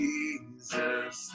Jesus